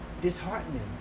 Disheartening